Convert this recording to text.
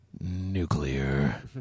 nuclear